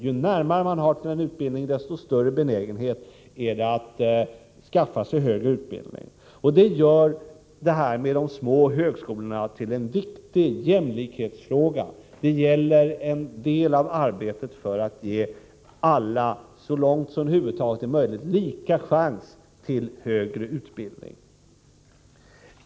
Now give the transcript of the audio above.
Ju närmare man har till en utbildning desto större benägenhet har man att skaffa sig högre utbildning. Det gör tillgången på små högskolor till en viktig jämlikhetsfråga. Det är en del av arbetet för att ge alla, så långt som det över huvud taget är möjligt, lika chans till högre utbildning.